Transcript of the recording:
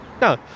no